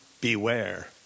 beware